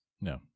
No